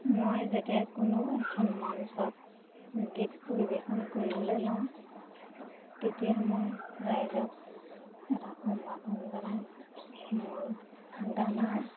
মই যেতিয়া কোনো এখন মঞ্চত গীত পৰিৱেশন কৰিবলৈ লওঁ তেতিয়া মই ৰাইজক এটা সম্ভাষণ জনাই মোৰ গানৰ